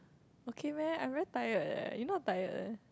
okay meh I very tired eh you not tired meh